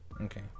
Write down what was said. okay